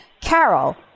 Carol